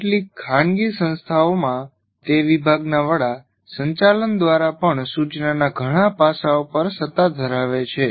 કેટલીક ખાનગી સંસ્થાઓમાં તે વિભાગના વડા સંચાલન દ્વારા પણ સૂચનાના ઘણા પાસાઓ પર સત્તા ધરાવે છે